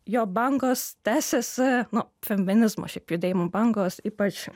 jo bangos tęsėsi nu feminizmo šiaip judėjimo bangos ypač